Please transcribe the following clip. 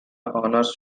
honors